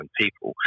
people